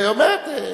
והיא אומרת,